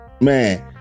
Man